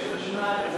בסדר.